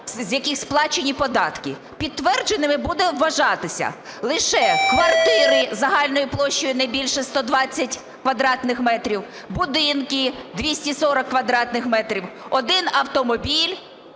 з яких сплачені податки. Підтвердженим будуть вважатися лише квартири загальною площею не більше 120 квадратних метрів, будинки – 240 квадратних метрів, 1 автомобіль